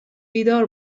بیدار